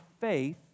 faith